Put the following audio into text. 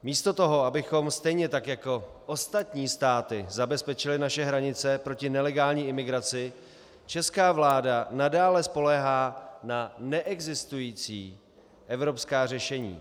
Místo toho, abychom stejně tak jako ostatní státy zabezpečili naše hranice proti nelegální imigraci, česká vláda nadále spoléhá na neexistující evropská řešení.